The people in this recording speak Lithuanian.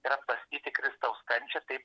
ir apmąstyti kristaus kančią taip